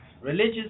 Religious